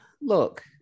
look